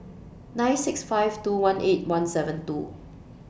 nine seven six five two one eight one seven two